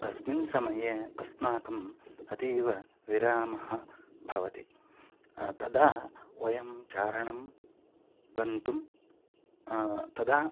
तस्मिन् समये अस्माकम् अतीव विरामः भवति तदा वयं चारणं गन्तुं तदा